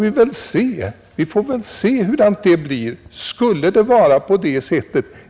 Ja, vi får ju se hur det blir med den saken.